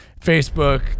Facebook